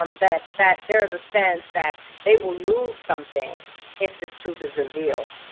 um that that there is a sense that they will lose something if this truth is revealed.